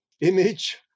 image